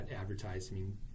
advertising